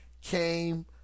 came